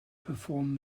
perform